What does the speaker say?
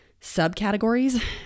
subcategories